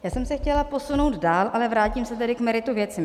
Já jsem se chtěla posunout dál, ale vrátím se tedy k meritu věci.